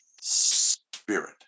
Spirit